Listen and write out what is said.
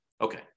Okay